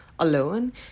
alone